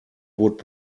would